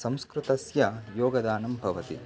संस्कृतस्य योगदानं भवति